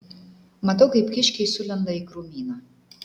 matau kaip kiškiai sulenda į krūmyną